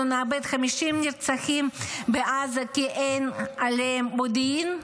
אנחנו נאבד 50 נרצחים בעזה כי אין עליהם מודיעין,